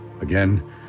Again